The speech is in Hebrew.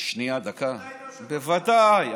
בוודאי.